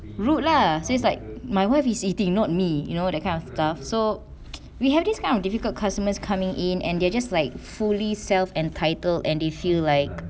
rude lah so it's like my wife is eating not me you know that kind of stuff so we have this kind of difficult customers coming in and they're just like fully self entitled and they feel like